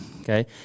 Okay